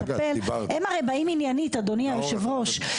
הם הרי באים עניינית אדוני יושב הראש.